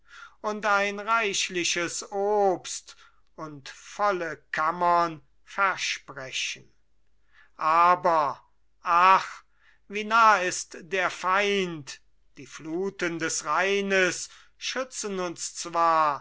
und ein reichliches obst und volle kammern versprechen aber ach wie nah ist der feind die fluten des rheines schützen uns zwar